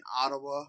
Ottawa